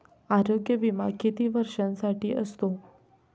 आरोग्य विमा किती वर्षांसाठी असतो?